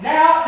Now